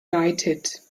united